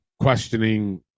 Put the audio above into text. questioning